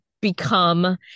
become